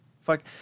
fuck